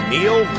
Neil